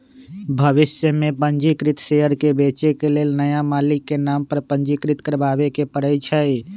भविष में पंजीकृत शेयर के बेचे के लेल नया मालिक के नाम पर पंजीकृत करबाबेके परै छै